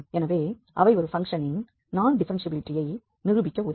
எனவே அவை ஒரு பங்க்ஷனின் நான் டிஃப்ஃபெரென்ஷியபிலிட்டியை நிரூபிக்க உதவும்